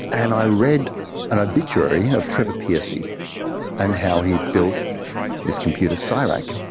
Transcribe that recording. and i read an obituary of trevor pearcey and how he built this computer so csirac.